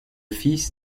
fils